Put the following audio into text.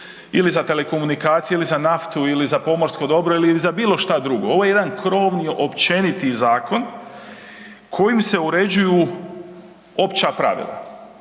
ili za telekomunikacije ili za naftu ili za pomorsko dobro ili za bilo što drugo. Ovo je jedan krovni općeniti zakon kojim se uređuju opća pravila,